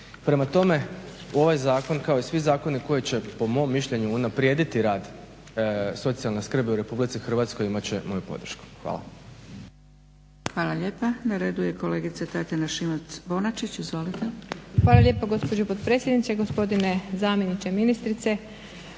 Prema tome, u ovaj zakon kao i svi zakoni koji će po mom mišljenu unaprijediti rad socijalne skrbi u Republici Hrvatskoj imat će moju podršku. Hvala.